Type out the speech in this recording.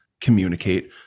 communicate